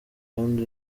kandi